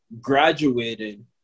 graduated